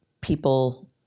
people